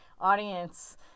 audience